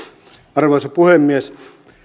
arvoisa puhemies